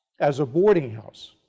as a boarding house.